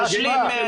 מה ההשוואה?